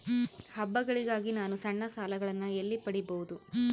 ಹಬ್ಬಗಳಿಗಾಗಿ ನಾನು ಸಣ್ಣ ಸಾಲಗಳನ್ನು ಎಲ್ಲಿ ಪಡಿಬಹುದು?